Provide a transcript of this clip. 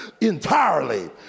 entirely